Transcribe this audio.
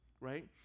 right